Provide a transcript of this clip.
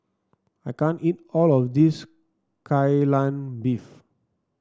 I can't eat all of this Kai Lan Beef